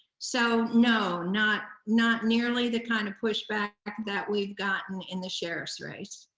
so, no not not nearly the kind of pushback that we've gotten in the sheriff's race.